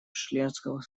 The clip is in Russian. членского